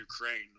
Ukraine